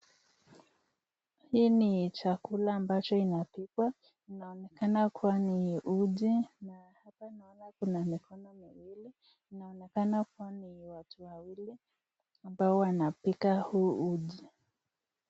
Hii ni chakula ambacho inapikwa. Inaonekana kuwa ni ni uji na hapa naona kuna mikono miwili. Inaonekana kuwa ni watu wawili ambao wanapika huu uni.